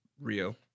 Rio